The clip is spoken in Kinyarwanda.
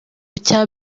cya